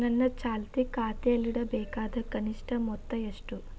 ನನ್ನ ಚಾಲ್ತಿ ಖಾತೆಯಲ್ಲಿಡಬೇಕಾದ ಕನಿಷ್ಟ ಮೊತ್ತ ಎಷ್ಟು?